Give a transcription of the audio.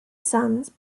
sons